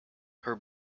her